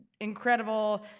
incredible